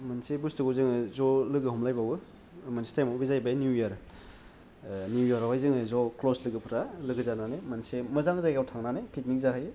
मोनसे बुसथुखौ जोङो ज' लोगो हमलायबावो मोनसे टाइम आव बे जायैबाय निउ इयार निउ इयार आवहाय जोङो ज' क्लस लोगोफोरा लोगो जानानै मोनसे मोजां जायगायाव थांनानै पिकनिक जाहैयो